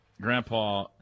Grandpa